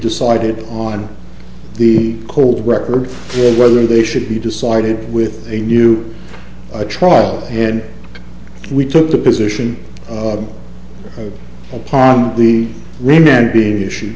decided on the cold records or whether they should be decided with a new trial and we took the position upon the remand being issue